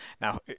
Now